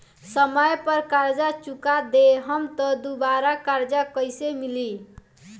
समय पर कर्जा चुका दहम त दुबाराकर्जा कइसे मिली?